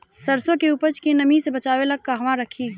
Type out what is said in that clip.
सरसों के उपज के नमी से बचावे ला कहवा रखी?